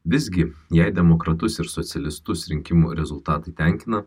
visgi jei demokratus ir socialistus rinkimų rezultatai tenkina